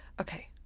okay